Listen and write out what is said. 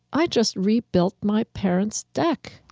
i just rebuilt my parents' deck.